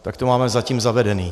Tak to máme zatím zavedeno.